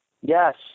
Yes